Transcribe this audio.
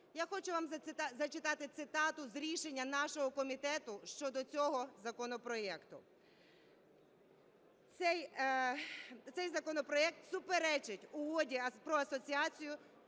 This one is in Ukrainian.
Я хочу вам зачитати цитату з рішення нашого комітету щодо цього законопроекту. "Цей законопроект суперечить Угоді про асоціацію